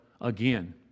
again